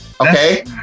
Okay